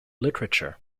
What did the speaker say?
literature